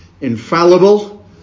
infallible